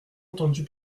entendu